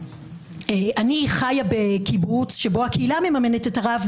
אני חיה בקיבוץ שבו הקהילה מממנת את הרב,